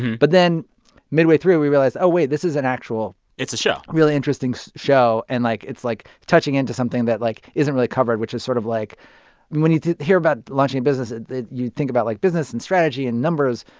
but then midway through, we realized, oh, wait, this is an actual. it's a show. really interesting so show and, like, it's, like, touching into something that, like, isn't really covered, which is sort of, like when you hear about launching a business, you think about, like, business and strategy and numbers.